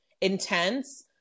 intense